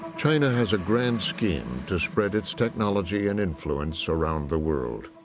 china has a grand scheme to spread its technology and influence around the world.